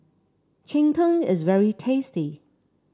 Cheng Tng is very tasty